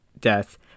death